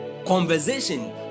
conversation